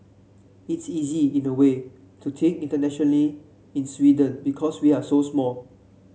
it's easy in a way to think internationally in Sweden because we're so small